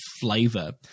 flavor